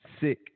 Sick